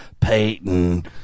Peyton